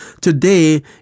Today